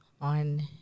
on